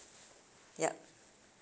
yup